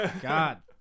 God